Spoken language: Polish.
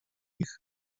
ich